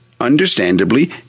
understandably